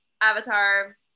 Avatar